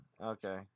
okay